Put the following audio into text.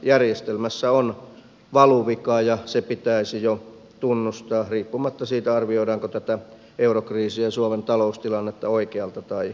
järjestelmässä on valuvika ja se pitäisi jo tunnustaa riippumatta siitä arvioidaanko tätä eurokriisiä ja suomen taloustilannetta oikealta tai vasemmalta